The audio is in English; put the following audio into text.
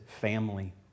family